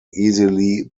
easily